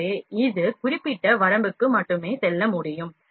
எனவே அது குறிப்பிட்ட வரம்புக்கு மட்டுமே செல்ல முடியும்